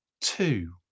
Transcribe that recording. two